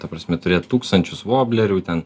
ta prasme turėt tūkstančius voblerių ten